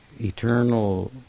eternal